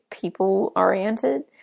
people-oriented